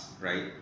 right